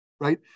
right